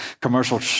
commercial